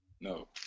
No